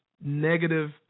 negative